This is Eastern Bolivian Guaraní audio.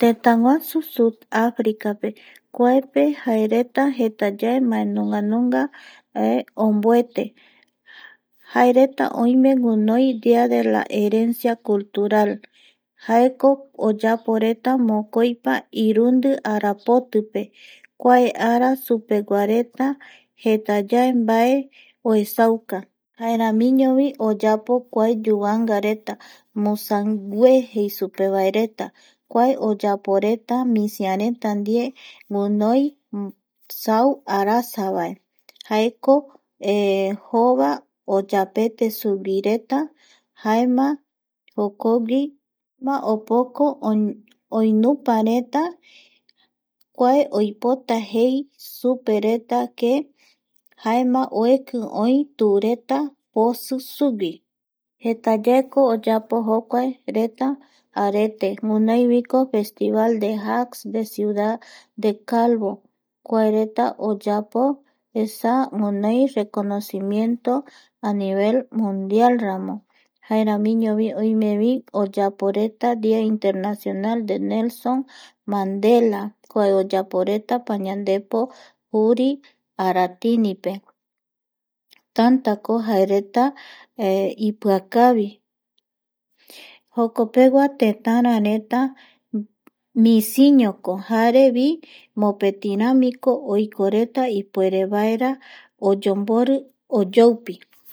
Tëtäguasu audafricape kuaepe jaereta jetayae mbae nunga nunga omboete jaereta oime guinoi dia dela herencia cultural jaeko oyaporeta mokoipa arapotipe kuae ara supeguareta jetayae mbae oeasuka jaeramiñovi oyapo kua yuvangareta mosangue jei supevareta kua oyaporeta misiareta ndie guinoi sau arasavae jaeko jova oyapete sugui reta jaema jokogui opoko oinipareta kua oipota jei supereta que jaema oeki oi tureta posi sugui jetayaeko oyapo a<jaereta rete jaema guinoiviko festival de jass de calvo kuae jae reta oyapo esa jae guinoi reconocimiento a nivel mundialramo jaeramiñovi oime oyaporeta dia internacional de Nelson mandela kua oyaporeta pañandepo juri aratinipe tantako jaereta ipiakavi jokopegua tetarareta misiñoko jare vi mopeti ramiko oikoreta ipuere vaera oyombori oyoupi